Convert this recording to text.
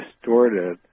distorted